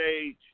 stage